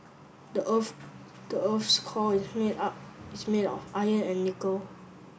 the earth the earth's core is made up is made of iron and nickel